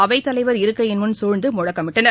அவைத்தலைவர் இருக்கையின்முன் சூழ்ந்து முழக்கமிட்டனர்